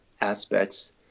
aspects